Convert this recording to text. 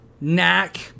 Knack